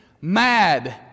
mad